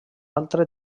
altre